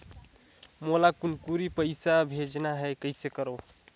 मोला कुनकुरी पइसा भेजना हैं, कइसे करो?